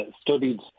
studied